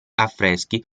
affreschi